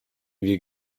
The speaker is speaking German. wir